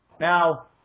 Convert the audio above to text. Now